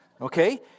Okay